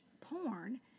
porn